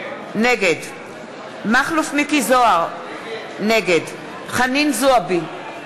נגד מכלוף מיקי זוהר, נגד חנין זועבי,